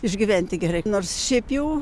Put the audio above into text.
išgyventi gerai nors šiaip jau